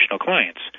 clients